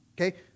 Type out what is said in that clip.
okay